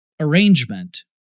arrangement